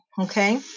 Okay